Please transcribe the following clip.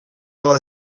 will